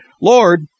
Lord